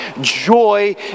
joy